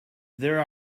there